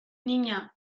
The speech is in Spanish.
niña